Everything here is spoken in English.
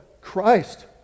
Christ